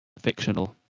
fictional